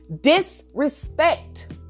Disrespect